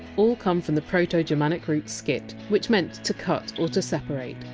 all come from the proto-germanic root! skit, which meant to cut or to separate.